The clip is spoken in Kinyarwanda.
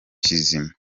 kizima